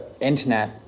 Internet